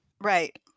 Right